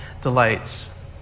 delights